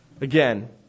Again